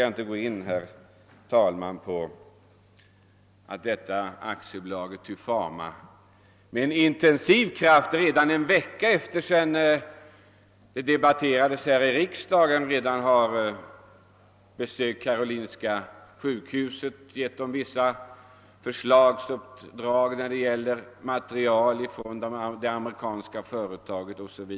Jag skall inte närmare gå in på det faktum att representanter för AB Tufama redan en vecka efter debatten i riksdagen med intensivt intresse besökte Karolinska sjukhuset och fullgjorde vissa uppdrag beträffande material från det amerikanska företaget 0. S. V.